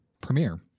premiere